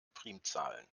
primzahlen